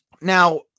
now